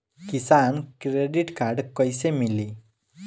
किसान credit card कइसे मिली?